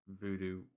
voodoo